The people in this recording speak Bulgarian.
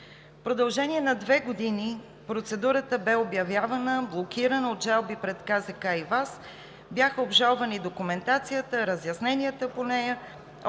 В продължение на две години процедурата бе обявявана, блокирана от жалби пред КЗК и ВАС. Бяха обжалвани документацията, разясненията по нея,